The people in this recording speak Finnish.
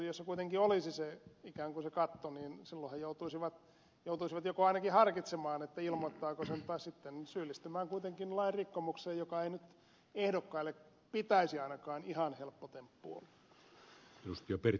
jos kuitenkin olisi ikään kuin se katto niin silloinhan he joutuisivat joko ainakin harkitsemaan ilmoittaako sen tai sitten syyllistyisivät kuitenkin lain rikkomukseen jonka ei nyt ehdokkaille pitäisi ainakaan ihan helppo temppu olla